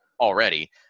already